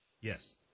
Yes